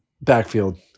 backfield